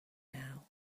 now